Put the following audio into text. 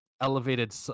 elevated